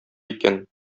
икән